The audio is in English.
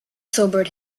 sobered